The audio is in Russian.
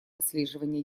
отслеживания